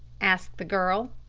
asked the girl.